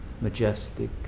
majestic